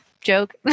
joke